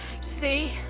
See